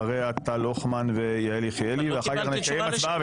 אחריה טל הוכמן ויעל יחיאלי ואחר כך נקיים הצבעה.